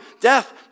death